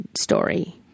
story